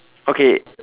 okay